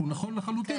שהוא נכון לחלוטין,